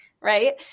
right